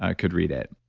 ah could read it.